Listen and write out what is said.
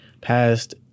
passed